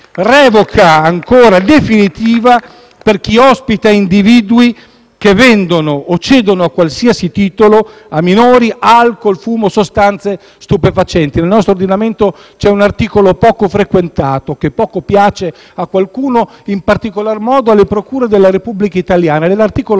revoca definitiva per chi ospita individui che vendono o cedono a qualsiasi titolo a minori alcol, fumo e sostanze stupefacenti. Nel nostro ordinamento c'è un articolo poco frequentato e che poco piace a qualcuno e, in particolar modo, alle procure della Repubblica Italiana. È l'articolo